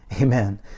Amen